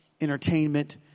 entertainment